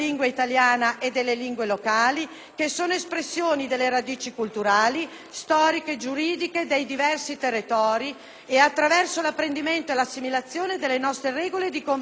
che sono espressioni delle radici culturali, storiche, giuridiche dei diversi territori e attraverso l'apprendimento e l'assimilazione delle nostre regole di convivenza civile; oppure no.